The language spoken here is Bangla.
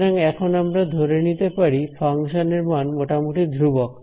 সুতরাং এখন আমরা ধরে নিতে পারি ফাংশন এর মান মোটামুটি ধ্রুবক